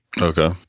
Okay